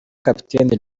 kapiteni